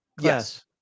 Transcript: Yes